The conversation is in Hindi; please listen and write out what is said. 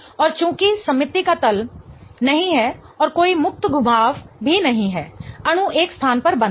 और चूंकि समिति का तल नहीं है और कोई मुक्त घुमाव भी नहीं है अणु एक स्थान पर बंद है